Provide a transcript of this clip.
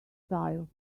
style